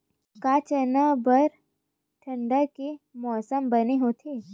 का चना बर ठंडा के मौसम बने होथे?